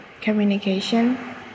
communication